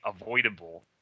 avoidable